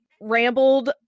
rambled